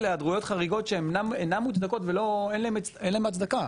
היעדרויות חריגות שהן אינן מוצדקות ואין להם הצדקה.